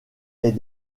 est